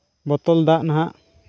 ᱵᱚᱛᱚᱞ ᱫᱟᱜ ᱱᱟᱦᱟᱜ